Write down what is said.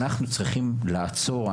אנחנו צריכים לעצור.